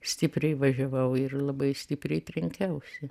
stipriai važiavau ir labai stipriai trenkiausi